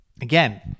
Again